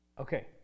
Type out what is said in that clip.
Okay